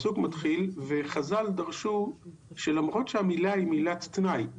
וחז"ל דרשו שלמרות שהמילה היא מילת תנאי,